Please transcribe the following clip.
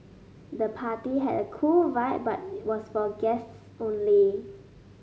the party had a cool vibe but was for guests only